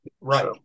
Right